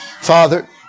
Father